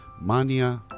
Mania